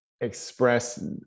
express